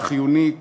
החיונית